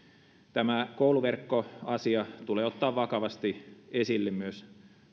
tämä kouluverkkoasia tulee ottaa vakavasti esille myös